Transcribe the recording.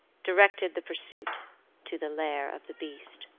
directed the pursuit to the lair of the beast.